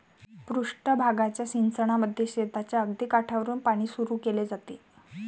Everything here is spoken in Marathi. पृष्ठ भागाच्या सिंचनामध्ये शेताच्या अगदी काठावरुन पाणी सुरू केले जाते